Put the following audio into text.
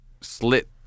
slit